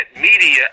media